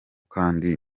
kandi